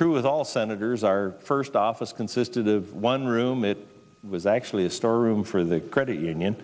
rue as all senators are first office consisted of one room it was actually a store room for the credit union